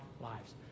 lives